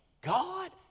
God